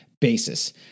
basis